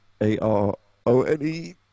A-R-O-N-E